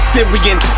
Syrian